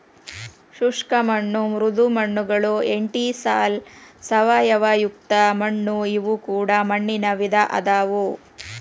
ಶುಷ್ಕ ಮಣ್ಣು ಮೃದು ಮಣ್ಣುಗಳು ಎಂಟಿಸಾಲ್ ಸಾವಯವಯುಕ್ತ ಮಣ್ಣು ಇವು ಕೂಡ ಮಣ್ಣಿನ ವಿಧ ಅದಾವು